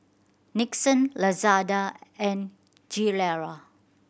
Nixon Lazada and Gilera